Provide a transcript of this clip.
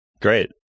Great